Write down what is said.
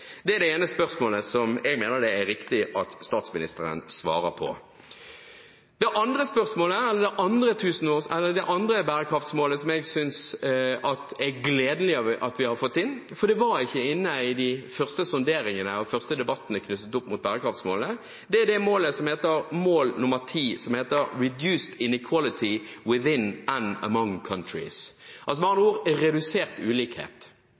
Det er det ene spørsmålet som jeg mener det er riktig at statsministeren svarer på. Det andre bærekraftsmålet som jeg synes det er gledelig at vi har fått til – for det var ikke inne i de første sonderingene og de første debattene knyttet opp mot bærekraftsmålene – er mål nr. 10, «Reduce inequality within and among countries», med andre ord redusert ulikhet. Jeg mener at det er en av de tingene vi har